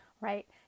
right